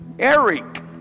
Eric